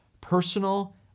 personal